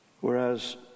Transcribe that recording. Whereas